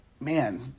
man